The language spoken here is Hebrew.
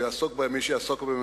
או יעסוק בהם מי שיעסוק בהם,